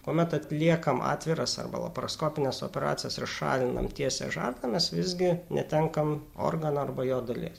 kuomet atliekam atviras arba laparoskopines operacijas ir šalinam tiesiąją žarną mes visgi netenkam organo arba jo dalies